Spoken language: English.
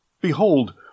Behold